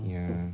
ya